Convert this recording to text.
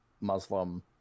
Muslim